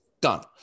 Done